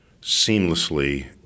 seamlessly